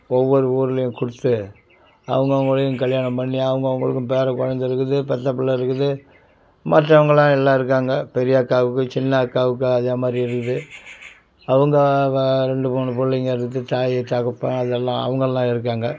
ஒவ்வொரு ஊர்லேயும் கொடுத்து அவங்கவுங்களையும் கல்யாணம் பண்ணி அவங்கவுங்களுக்கும் பேர கொழந்தை இருக்குது பெற்ற பிள்ள இருக்குது மற்றவங்கள்லாம் எல்லாம் இருக்காங்க பெரிய அக்காவுக்கு சின்ன அக்காவுக்கு அதே மாதிரி இருக்குது அவங்க ரெண்டு மூணு பிள்ளைங்க இருக்குது தாய் தகப்பன் அது எல்லா அவங்கள்லாம் இருக்காங்க